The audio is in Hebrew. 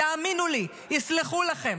תאמינו לי, יסלחו לכם.